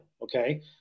Okay